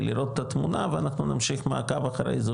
לראות את התמונה ואנחנו נמשיך מעכב אחרי זה,